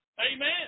Amen